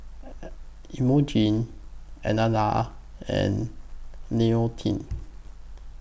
Emogene Elaina and Leontine